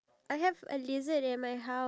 sholada